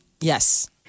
Yes